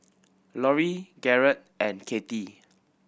Lorri Garret and Katie